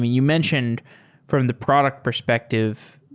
you mentioned from the product perspective,